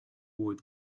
would